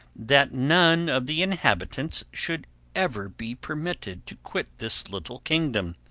that none of the inhabitants should ever be permitted to quit this little kingdom